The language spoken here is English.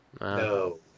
No